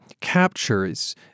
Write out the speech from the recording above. captures